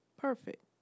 Perfect